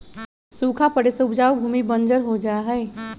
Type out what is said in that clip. सूखा पड़े से उपजाऊ भूमि बंजर हो जा हई